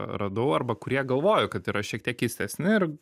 radau arba kurie galvoju kad yra šiek tiek keistesni ir